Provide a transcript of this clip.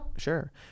Sure